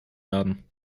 werden